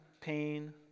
pain